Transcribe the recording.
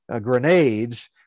grenades